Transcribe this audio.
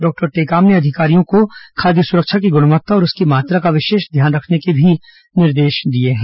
doctor Tekam ने अधिकारियों को खाद्य सुरक्षा की गुणवत्ता और उसकी मात्रा का विशेष ध्यान रखने के भी निर्देश दिए हैं